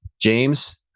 James